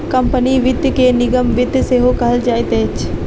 company वित्त के निगम वित्त सेहो कहल जाइत अछि